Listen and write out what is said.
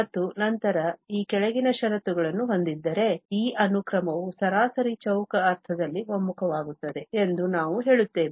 ಮತ್ತು ನಂತರ ಈ ಕೆಳಗಿನ ಷರತ್ತುಗಳನ್ನು ಹೊಂದಿದ್ದರೆ ಈ ಅನುಕ್ರಮವು ಸರಾಸರಿ ಚೌಕ ಅರ್ಥದಲ್ಲಿ ಒಮ್ಮುಖವಾಗುತ್ತದೆ ಎಂದು ನಾವು ಹೇಳುತ್ತೇವೆ